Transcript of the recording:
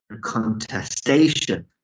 contestation